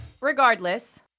Regardless